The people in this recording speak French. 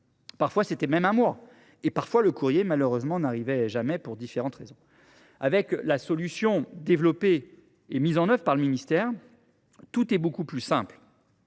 cas, c’était même un mois ; et parfois, malheureusement, le courrier n’arrivait jamais, pour différentes raisons. Avec la solution développée et mise en œuvre par le ministère, tout est beaucoup plus simple